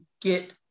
get